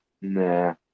Nah